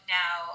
now